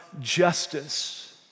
justice